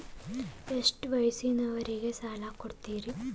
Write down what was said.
ಎಷ್ಟ ವಯಸ್ಸಿನವರಿಗೆ ಸಾಲ ಕೊಡ್ತಿರಿ?